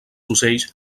ocells